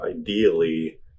ideally